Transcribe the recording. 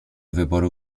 wyboru